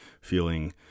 feeling